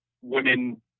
women